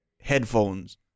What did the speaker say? headphones